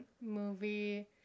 movie